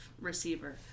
receiver